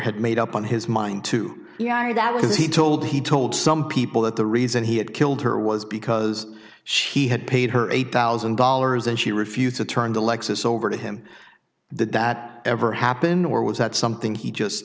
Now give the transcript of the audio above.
had made up on his mind to you are that was he told he told some people that the reason he had killed her was because she had paid her eight thousand dollars as she refused to turn the lexus over to him did that ever happen or was that something he just